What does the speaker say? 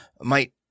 might—